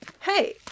Hey